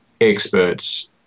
experts